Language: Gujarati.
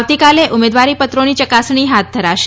આવતીકાલે ઉમેદવારી પત્રોની યકાસણી હાથ ધરાશે